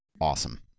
Awesome